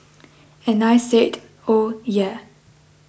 and I said oh yeah